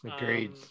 agreed